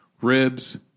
ribs